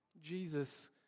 Jesus